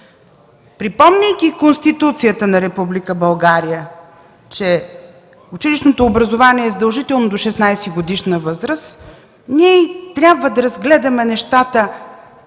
Припомняйки Конституцията на Република България, че училищното образование е задължително до 16-годишна възраст, ние трябва да разгледаме нещата